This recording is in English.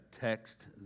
text